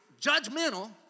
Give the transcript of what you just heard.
judgmental